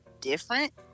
different